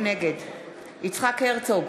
נגד יצחק הרצוג,